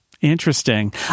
interesting